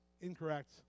incorrect